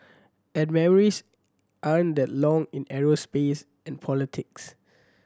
and memories aren't that long in aerospace and politics